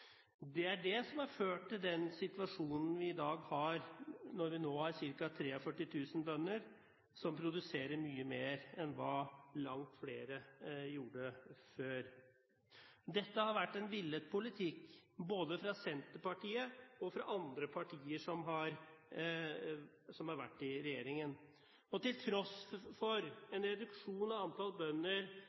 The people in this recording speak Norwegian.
Det er det som har ført til den situasjonen vi i dag har, når vi nå har ca. 43 000 bønder som produserer mye mer enn hva langt flere gjorde før. Dette har vært en villet politikk både fra Senterpartiet og fra andre partier som har vært i regjering. Til tross for en reduksjon av antallet bønder,